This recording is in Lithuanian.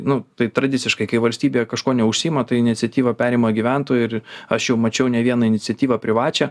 nu tai tradiciškai kai valstybė kažkuo neužsiima tai iniciatyvą perima gyventojai ir aš jau mačiau ne vieną iniciatyvą privačią